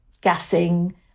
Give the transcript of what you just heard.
gassing